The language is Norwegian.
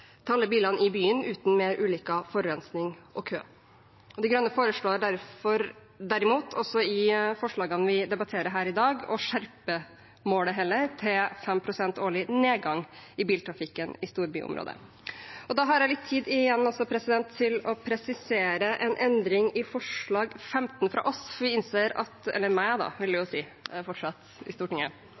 til alle bilene i byen uten mer ulykker, forurensning og kø. Miljøpartiet De Grønne foreslår derimot også i forslagene vi debatterer her i dag, heller å skjerpe målet til 5 pst. årlig nedgang i biltrafikken i storbyområder. Da har jeg litt tid igjen til å presisere en endring i forslag nr. 15 fra oss – eller fra meg vil det jo fortsatt være i Stortinget, noe vi skal gjøre noe med i 2021 – der vi innser at